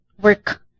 work